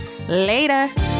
Later